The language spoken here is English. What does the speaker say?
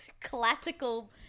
classical